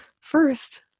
First